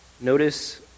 Notice